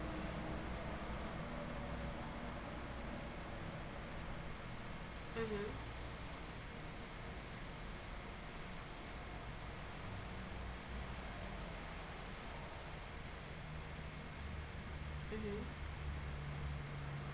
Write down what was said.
mm mm